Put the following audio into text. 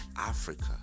africa